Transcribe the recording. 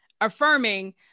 affirming